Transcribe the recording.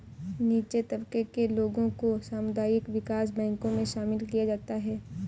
नीचे तबके के लोगों को सामुदायिक विकास बैंकों मे शामिल किया जाता है